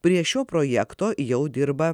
prie šio projekto jau dirba